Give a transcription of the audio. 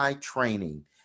training